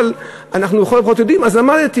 אבל אנחנו לכל הפחות יודעים, אז למדתי.